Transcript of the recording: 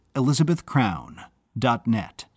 elizabethcrown.net